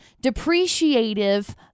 depreciative